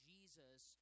Jesus